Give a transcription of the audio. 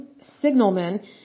Signalmen